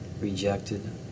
rejected